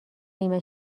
نیمه